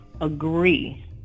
agree